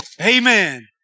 Amen